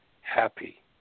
happy